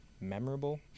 memorable